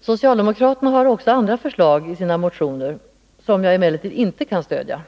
Socialdemokraterna har också andra förslag i sina motioner, som jag emellertid inte kan stödja.